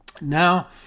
Now